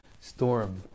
storm